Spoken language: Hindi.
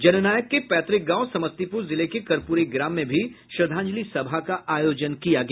जननायक के पैतृक गाँव समस्तीपुर जिले के कर्पुरी ग्राम में भी श्रद्धांजलि सभा का आयोजन किया गया